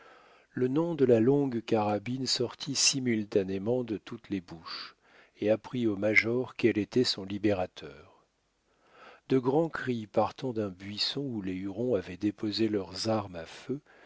le nom de la longue carabine sortit simultanément de toutes les bouches et apprit au major quel était son libérateur de grands cris partant d'un buisson où les hurons avaient déposé leurs armes à feu